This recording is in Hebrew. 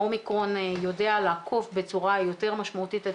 האומיקרון יודע לעקוף בצורה יותר משמעותית את